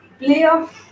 playoff